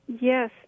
Yes